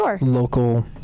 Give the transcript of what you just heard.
local